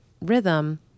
rhythm